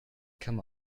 come